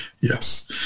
Yes